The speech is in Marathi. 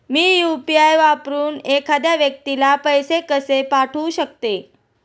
मी यु.पी.आय वापरून एखाद्या व्यक्तीला पैसे कसे पाठवू शकते?